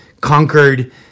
conquered